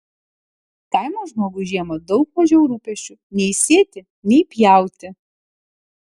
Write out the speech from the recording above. kaimo žmogui žiemą daug mažiau rūpesčių nei sėti nei pjauti